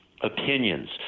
opinions